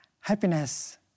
Happiness